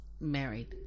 married